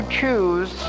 choose